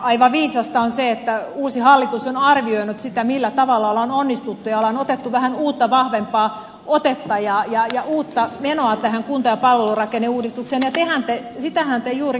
aivan viisasta on se että uusi hallitus on arvioinut sitä millä tavalla on onnistuttu ja on otettu vähän uutta vahvempaa otetta ja uutta menoa tähän kunta ja palvelurakenneuudistukseen ja sitähän te keskustalaiset täällä juuri vastustatte